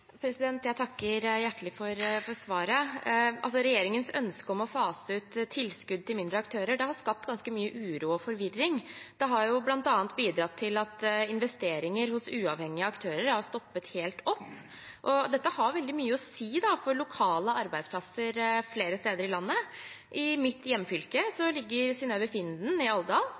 Jeg takker hjertelig for svaret. Regjeringens ønske om å fase ut tilskudd til mindre aktører har skapt ganske mye uro og forvirring. Det har bl.a. bidratt til at investeringer hos uavhengige aktører har stoppet helt opp, og dette har veldig mye å si for lokale arbeidsplasser flere steder i landet. I mitt hjemfylke ligger Synnøve Finden i